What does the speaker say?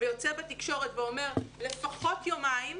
ויוצא בתקשורת ואומר שלפחות יומיים,